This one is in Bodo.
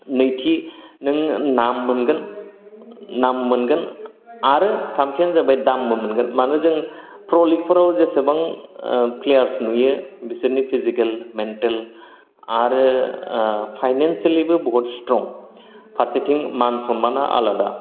नैथि नों नाम मोनगोन नाम मोनगोन आरो थामथिआनो जाबाय दाम मोनगोन मानो जों प्र' लिग फोराव जेसेबां ओ प्लेयारस नुयो बिसोरनि फिसिकेल मेनटेल आरो ओ फाइनेनसियेलि बो बहुथ स्थ्रं फारसेथिं मानसनमाना आलादा